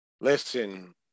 Listen